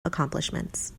accomplishments